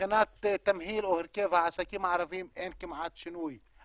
מבחינת תמהיל או הרכב העסקים הערביים אין כמעט שינוי.